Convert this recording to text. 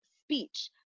speech